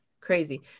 crazy